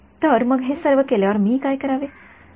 तर मग हे सर्व केल्यावर मी काय करावे